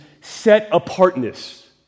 set-apartness